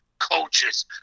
coaches